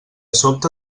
sobte